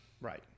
Right